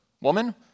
woman